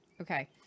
Okay